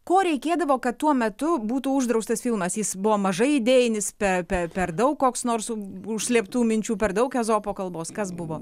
ko reikėdavo kad tuo metu būtų uždraustas filmas jis buvo mažai idėjinis pe pe per daug koks nors užslėptų minčių per daug ezopo kalbos kas buvo